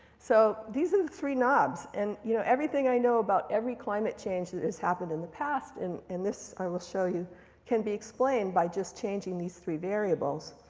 so these are the three knobs. and you know everything i know about every climate change that has happened in the past and this i will show you can be explained by just changing these three variables.